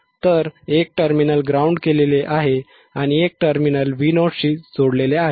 तर एक terminal ground केलेले आहे आणि एक टर्मिनल Vo शी जोडलेले आहे